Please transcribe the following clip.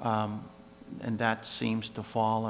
and that seems to fall